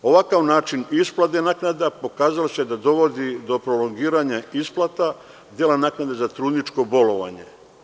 Ovakav način isplate naknada pokazao se da dovodi do prolongiranja isplata dela naknade za trudničko bolovanje.